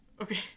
okay